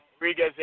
Rodriguez